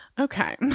Okay